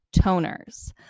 toners